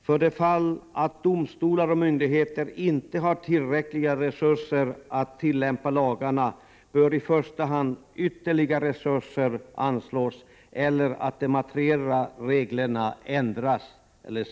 För det fall att domstolar och myndigheter inte har tillräckliga resurser att tillämpa lagarna bör i första hand ytterligare resurser anslås eller de materiella reglerna ändras.